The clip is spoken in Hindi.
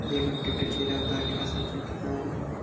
एक मीट्रिक टन केला उतारने का श्रम शुल्क कितना होगा?